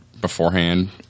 beforehand